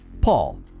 Paul